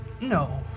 No